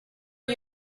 are